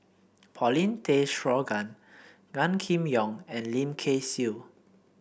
Paulin Tay Straughan Gan Kim Yong and Lim Kay Siu